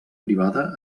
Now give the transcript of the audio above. privada